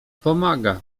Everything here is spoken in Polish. pomaga